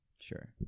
Sure